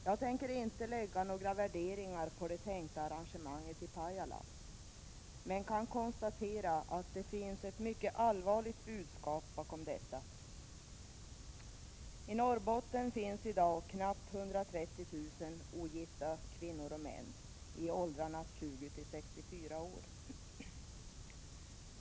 Jag tänker inte lägga några värderingar på det tänkta arrangemanget i Pajala, men jag kan konstatera att det finns ett mycket allvarligt budskap bakom detta. I Norrbotten finns i dag knappt 130 000 ogifta kvinnor och män i åldern 20-64 år.